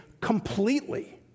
completely